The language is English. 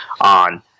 on